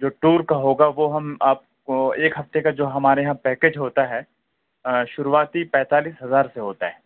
جو ٹور کا ہوگا وہ ہم آپ کو ایک ہفتے کا جو ہمارے یہاں پیکیج ہوتا ہے شروعاتی پینتالیس ہزار سے ہوتا ہے